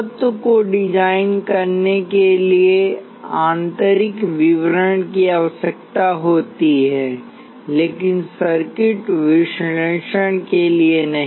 तत्व को डिजाइन करने के लिए आंतरिक विवरण की आवश्यकता होती है लेकिन सर्किट विश्लेषण के लिए नहीं